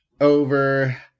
over